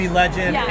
legend